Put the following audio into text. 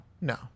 no